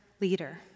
leader